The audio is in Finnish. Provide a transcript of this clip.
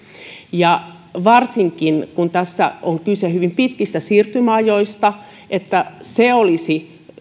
varsinkin se että tässä on kyse hyvin pitkistä siirtymäajoista olisi